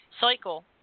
cycle